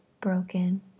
broken